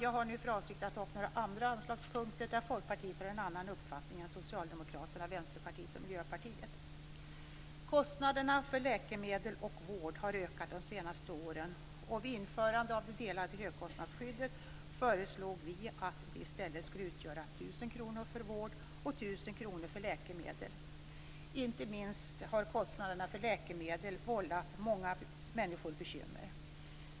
Jag har nu för avsikt att ta upp några andra anslagspunkter där Folkpartiet har en annan uppfattning än Socialdemokraterna, Vänsterpartiet och Miljöpartiet. Kostnaderna för läkemedel och vård har ökat de senaste åren. Vid införandet av det delade högkostnadsskyddet föreslog vi att det skulle utgöra 1 000 kr för vård och 1 000 kr för läkemedel. Inte minst kostnaderna för läkemedel har vållat många människor bekymmer.